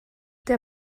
der